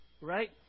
right